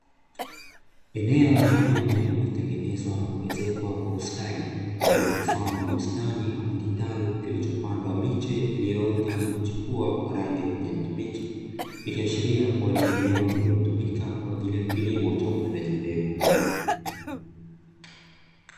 Eneo maalumu lililotengenezwa na kuezekwa kwa ustadi, lililomfano wa bustani ama kitalu kilichopandwa miche iliyoota na kuchipua rangi ya kijani kibichi. Ikiashiria kuwa ni eneo linalotumika kwa ajili ya kilimo cha upandaji mbegu.